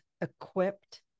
equipped